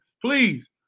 please